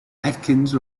atkins